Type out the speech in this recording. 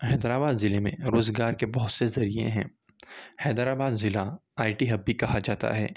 حیدر آباد ضلعے میں روزگار کے بہت سے ذریعے ہیں حیدر آباد ضلعہ آئی ٹی ہب بھی کہا جاتا ہے